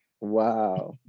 Wow